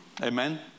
Amen